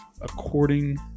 according